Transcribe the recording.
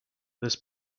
this